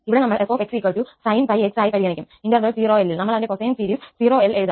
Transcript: ഇവിടെ നമ്മൾ f 𝑥 sin 𝜋𝑥 ആയി പരിഗണിക്കും ഇന്റെർവൽ 0 𝑙 നമ്മൾ അതിന്റെ കൊസൈൻ സീരീസ് 0 𝑙 എഴുതാം